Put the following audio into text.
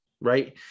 right